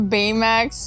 Baymax